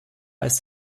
ist